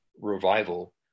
revival